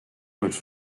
which